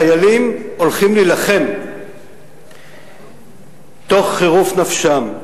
חיילים הולכים להילחם תוך חירוף נפשם.